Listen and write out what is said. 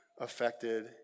affected